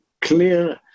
clear